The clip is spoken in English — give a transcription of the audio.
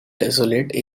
desolate